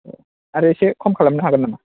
आरो एसे खम खालामनो हागोन नामा